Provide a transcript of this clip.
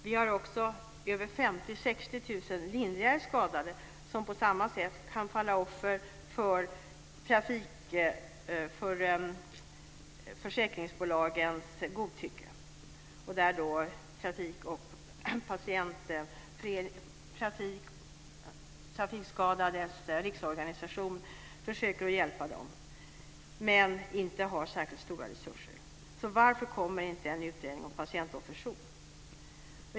Det finns också 50 000-60 000 lindrigare skadade som på samma sätt kan falla offer för försäkringsbolagens godtycke, där Trafikskadades Riksförbund försöker att hjälpa dem - men utan särskilt stora resurser. Varför kommer inte en utredning om patientofferjour?